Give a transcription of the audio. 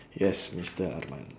yes mister arman